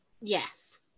yes